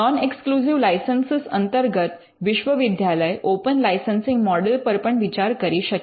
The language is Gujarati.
નૉન એક્સક્લૂસિવ લાઇસન્સ અંતર્ગત વિશ્વવિદ્યાલય ઓપન લાઇસન્સિંગ મૉડલ પર પણ વિચાર કરી શકે